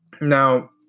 Now